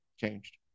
changed